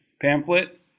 pamphlet